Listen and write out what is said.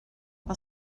was